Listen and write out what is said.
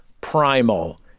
Primal